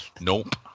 Nope